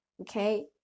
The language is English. Okay